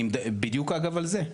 בדיוק, אגב, על זה.